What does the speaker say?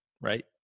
right